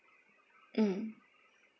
mm